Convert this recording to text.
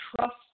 trust